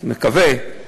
מקווה,